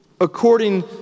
according